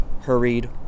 hurried